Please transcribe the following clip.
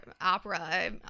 opera